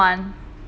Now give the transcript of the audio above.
I want